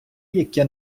яке